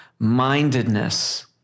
Mindedness